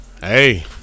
Hey